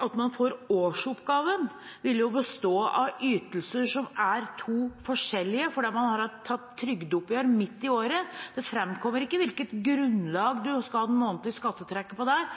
Når man får årsoppgaven, vil den bestå av to ytelser som er forskjellige, for man har tatt trygdeoppgjør midt i året. Det framkommer ikke hvilket grunnlag man skal ha det månedlige skattetrekket på der.